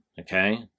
Okay